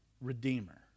redeemer